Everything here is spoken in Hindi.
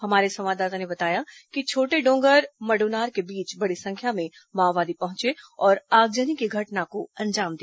हमारे संवाददाता ने बताया कि छोटेडोंगर मडोनार के बीच बड़ी संख्या में माओवादी पहुंचे और आगजनी की घटना को अंजाम दिया